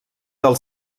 del